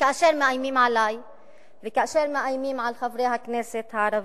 כאשר מאיימים עלי וכאשר מאיימים על חברי הכנסת הערבים,